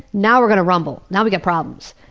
now we're going to rumble. now we've got problems.